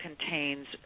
contains